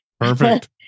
perfect